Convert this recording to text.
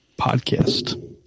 podcast